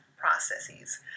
processes